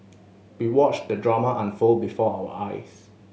we watched the drama unfold before our eyes